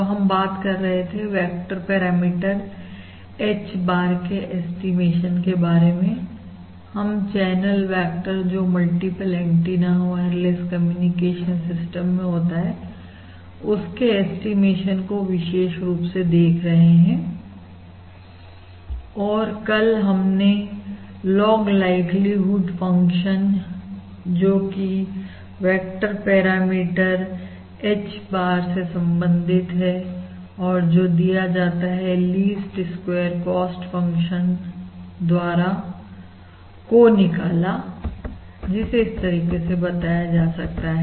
तो हम बात कर रहे थे वेक्टर पैरामीटर H bar के ऐस्टीमेशन के बारे में हम चैनल वेक्टर जो multiple antenna wireless communication system में होता हैउसके ऐस्टीमेशन को विशेष रुप से देख रहे हैं और कल हमने लॉग लाइक्लीहुड फंक्शन जोकि वेक्टर पैरामीटर H bar से संबंधित और जो दिया जाता है लीस्ट स्क्वेयर्स कॉस्ट फंक्शन द्वारा को निकाला जिसे इस तरीके से बताया जा सकता है